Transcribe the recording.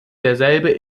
derselbe